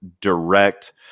direct